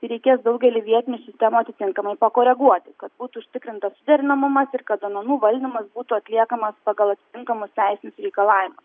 reikės daugelį vietinių sistemų atitinkamai pakoreguoti kad būtų užtikrintas suderinamumas ir kad duočenų valdymas būtų atliekamas pagal atitinkamus teisinius reikalavimus